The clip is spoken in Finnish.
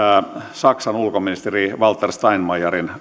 saksan ulkoministerin walter steinmeierin